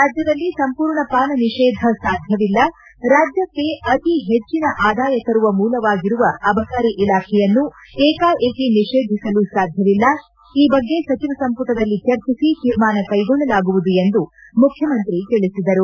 ರಾಜ್ಯದಲ್ಲಿ ಸಂಪೂರ್ಣ ಪಾನ ನಿಷೇಧ ಸಾಧ್ಯವಿಲ್ಲ ರಾಜ್ಯಕ್ಕೆ ಅತಿ ಹೆಚ್ಚಿನ ಆದಾಯ ತರುವ ಮೂಲವಾಗಿರುವ ಅಬಕಾರಿ ಇಲಾಖೆಯನ್ನು ಏಕಾಏಕಿ ನಿಷೇಧಿಸಲು ಸಾಧ್ಯವಿಲ್ಲ ಈ ಬಗ್ಗೆ ಸಚಿವ ಸಂಪುಟದಲ್ಲಿ ಚರ್ಚಿಸಿ ತೀರ್ಮಾನ ಕೈಗೊಳ್ಳಲಾಗುವುದು ಎಂದು ಮುಖ್ಯಮಂತ್ರಿ ತಿಳಿಸಿದರು